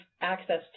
access